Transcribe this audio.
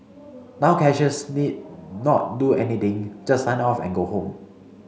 now cashiers need not do anything just sign off and go home